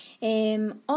On